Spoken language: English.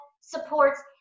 supports